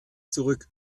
zurück